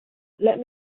let